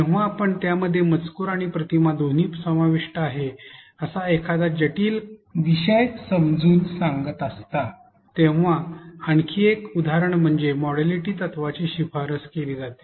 जेव्हा आपण ज्यामध्ये मजकूर आणि प्रतिमा दोन्ही समाविष्ट आहे असा एखादा जटिल विषय समजावून सांगत असता तेव्हा आणखी एक उदाहरण म्हणजे मोडॅलिटी तत्त्वाची शिफारस केली जाते